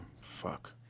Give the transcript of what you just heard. Fuck